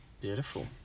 Beautiful